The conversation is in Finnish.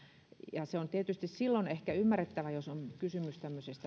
ja se on tietysti ehkä ymmärrettävää silloin jos on kysymys